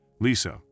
Lisa